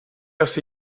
asi